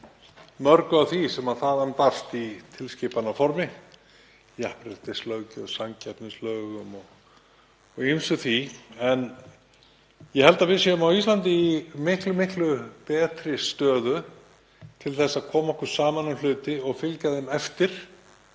mörgu af því sem þaðan barst í tilskipanaformi; í jafnréttislöggjöf, í samkeppnislögum og ýmsu því. Ég held að við séum á Íslandi í miklu betri stöðu til að koma okkur saman um hluti og fylgja þeim eftir